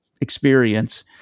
experience